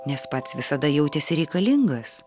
nes pats visada jautėsi reikalingas